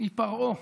היא פרעה.